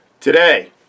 today